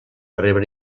rebre